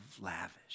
lavish